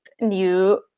new